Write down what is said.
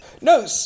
No